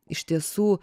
iš tiesų